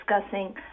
discussing